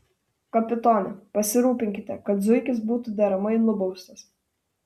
kapitone pasirūpinkite kad zuikis būtų deramai nubaustas